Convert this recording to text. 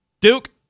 Duke